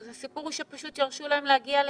זה סיפור שפשוט ירשו להם להגיע לשם.